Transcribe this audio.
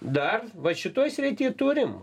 dar va šitoj srity turim